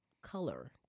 color